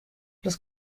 los